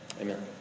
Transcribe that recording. Amen